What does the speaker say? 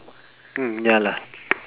mm ya lah